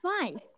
fine